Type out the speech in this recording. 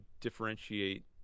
differentiate